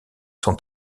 sont